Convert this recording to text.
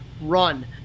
run